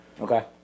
Okay